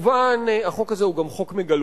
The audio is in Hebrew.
כמובן, החוק הזה הוא גם חוק מגלומני.